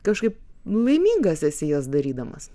kažkaip laimingas esi jas darydamas